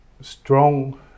strong